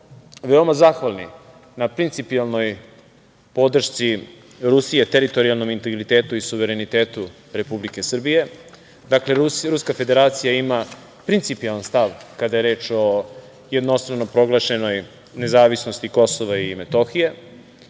veoma zahvalni na principijelnoj podršci Rusije teritorijalnom integritetu i suverenitetu Republike Srbije. Dakle, Ruska Federacija ima principijelan stav kada je reč o jednostrano proglašenoj nezavisnosti Kosova i Metohije